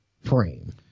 frame